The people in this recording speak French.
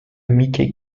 mickey